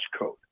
code